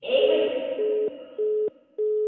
एक मिंट